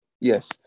Yes